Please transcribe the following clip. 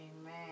Amen